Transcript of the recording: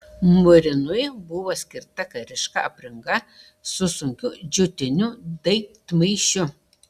murinui buvo skirta kariška apranga su sunkiu džiutiniu daiktmaišiu